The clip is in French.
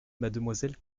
mademoiselle